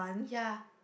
ya